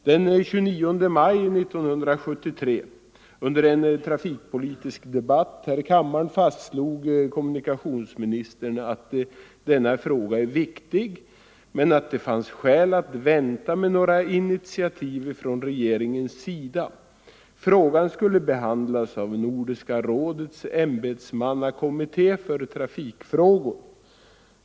Den 29 maj 1973 under en trafikpolitisk debatt här i kammaren fastslog kommunikationsministern att denna fråga är viktig, men att det fanns skäl att vänta med initiativ från regeringens sida. Frågan skulle behandlas av Nordiska rådets ämbetsmannakommitté för trafikfrågor.